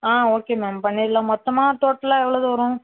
ஆ okay ma'am பண்ணிடலாம் மொத்தமாக டோட்டலாக எவ்வளது வரும்